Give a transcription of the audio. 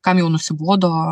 kam jau nusibodo